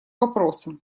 вопроса